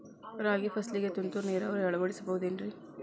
ರಾಗಿ ಫಸಲಿಗೆ ತುಂತುರು ನೇರಾವರಿ ಅಳವಡಿಸಬಹುದೇನ್ರಿ?